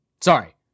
Sorry